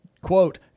quote